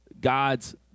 God's